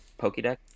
Pokedex